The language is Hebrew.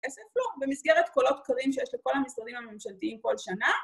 ‫כסף לא, במסגרת קולות קוראים ‫שיש לכל המשרדים הממשלתיים כל שנה.